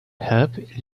help